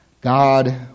God